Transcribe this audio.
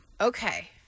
Okay